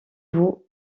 vous